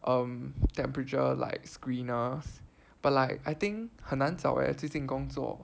um temperature like screeners but like I think 很难找 eh 最近工作